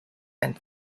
and